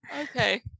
Okay